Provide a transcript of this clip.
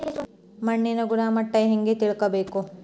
ಮಣ್ಣಿನ ಗುಣಮಟ್ಟ ಹೆಂಗೆ ತಿಳ್ಕೊಬೇಕು?